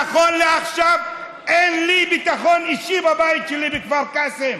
נכון לעכשיו אין לי ביטחון אישי בבית שלי בכפר קאסם.